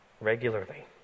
regularly